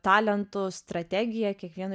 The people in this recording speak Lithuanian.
talentų strategiją kiekvieno